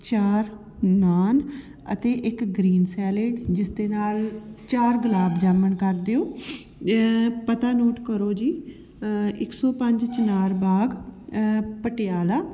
ਚਾਰ ਨਾਨ ਅਤੇ ਇੱਕ ਗਰੀਨ ਸੈਲਡ ਜਿਸਦੇ ਨਾਲ ਚਾਰ ਗੁਲਾਬ ਜਾਮੁਣ ਕਰ ਦਿਓ ਪਤਾ ਨੋਟ ਕਰੋ ਜੀ ਇੱਕ ਸੌ ਪੰਜ ਚਨਾਰ ਬਾਗ ਪਟਿਆਲਾ